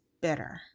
better